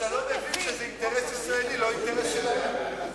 זה אינטרס ישראלי, לא אינטרס שלהם.